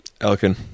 Elkin